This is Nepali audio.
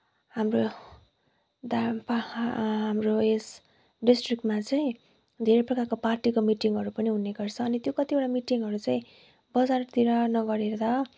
हाम्रो हाम्रो यस डिस्ट्रिक्टमा चाहिँ धेरै प्रकारको पार्टीको मिटिङहरू पनि हुने गर्छ अनि त्यो कतिवटा मिटिङहरू चाहिँ बजारतिर नगरेर